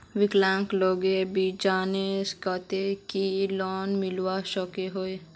विकलांग लोगोक बिजनेसर केते की लोन मिलवा सकोहो?